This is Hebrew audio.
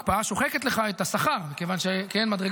הקפאה שוחקת לך את השכר מכיוון שמדרגת